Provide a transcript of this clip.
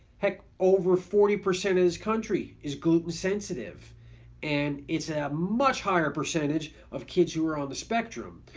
heck over forty percent of this country is gluten sensitive and it's a much higher percentage of kids who are on the spectrum,